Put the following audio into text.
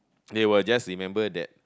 they will just remember that